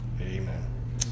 Amen